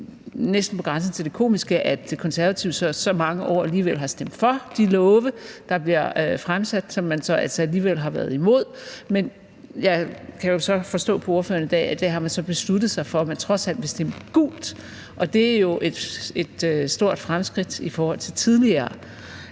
næsten er på grænsen til det komiske, at De Konservative så i så mange år alligevel har stemt for de lovforslag, der bliver fremsat, men som man altså så alligevel har været imod. Jeg kan så forstå på ordføreren i dag, at man har besluttet sig for, at man trods alt vil stemme gult, og det er jo et stort fremskridt i forhold til tidligere,